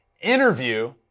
interview